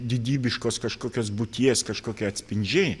didybiškos kažkokios būties kažkokie atspindžiai